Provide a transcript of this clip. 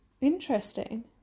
Interesting